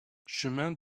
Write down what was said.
chemin